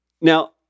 Now